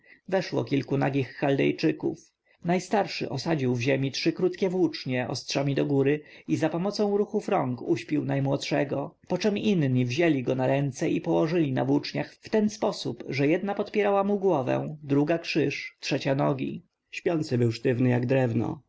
weszło kilku nagich chaldejczyków najstarszy osadził w ziemi trzy krótkie włócznie ostrzami do góry i zapomocą ruchów rąk uśpił najmłodszego poczem inni wzięli go na ręce i położyli na włóczniach w ten sposób że jedna podpierała mu głowę druga krzyż trzecia nogi śpiący był sztywny jak drewno